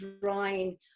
drawing